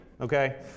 okay